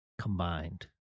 combined